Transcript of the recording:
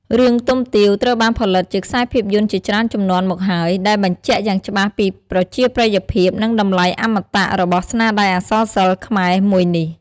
រឿង ទុំទាវ ត្រូវបានផលិតជាខ្សែភាពយន្តជាច្រើនជំនាន់មកហើយ ដែលបញ្ជាក់យ៉ាងច្បាស់ពីប្រជាប្រិយភាព និងតម្លៃអមតៈរបស់ស្នាដៃអក្សរសិល្ប៍ខ្មែរមួយនេះ។